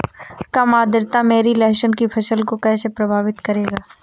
कम आर्द्रता मेरी लहसुन की फसल को कैसे प्रभावित करेगा?